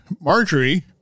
Marjorie